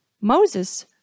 Moses